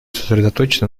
сосредоточиться